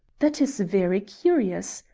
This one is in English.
that is very curious,